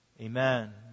Amen